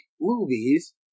movies